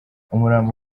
umurambo